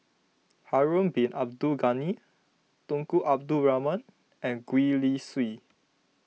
Harun Bin Abdul Ghani Tunku Abdul Rahman and Gwee Li Sui